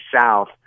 South